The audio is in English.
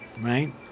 right